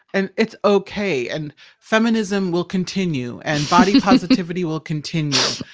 and it's okay. and feminism will continue and body positivity will continue.